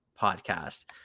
podcast